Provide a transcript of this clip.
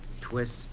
twist